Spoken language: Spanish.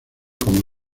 como